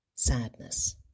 Sadness